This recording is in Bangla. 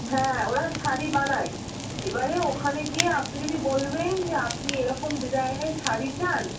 হ্যাঁ ওরা শাড়ি বানায় এবারে ওখানে গিয়ে আপনি যদি বলবেন যে আপনি এরকম ডিজাইনের শাড়ি চান